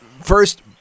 First